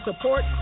support